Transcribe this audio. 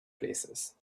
places